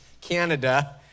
Canada